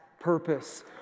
purpose